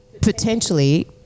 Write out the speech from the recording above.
potentially